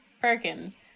Perkins